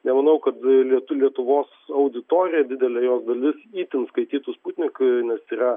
nemanau kad lietu lietuvos auditorija didelė jos dalis itin skaitytų sputnik nes yra